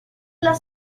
los